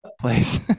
place